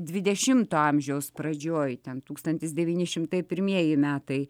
dvidešimto amžiaus pradžioj ten tūkstantis devyni šimtai pirmieji metai